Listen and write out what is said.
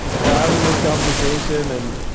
we're having this conversation and